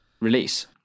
release